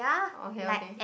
okay okay